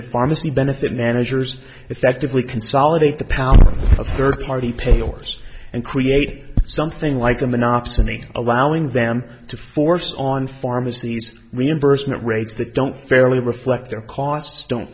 the pharmacy benefit managers effectively consolidate the power of third party payers and create something like a monopsony allowing them to force on pharmacies reimbursement rates that don't fairly reflect their costs don't